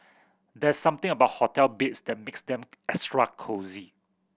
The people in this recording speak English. there's something about hotel beds that makes them extra cosy